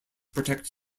protect